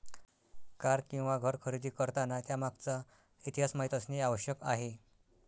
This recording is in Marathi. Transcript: कार किंवा घर खरेदी करताना त्यामागचा इतिहास माहित असणे आवश्यक आहे